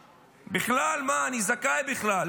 מה, אני זכאי בכלל.